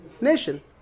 nation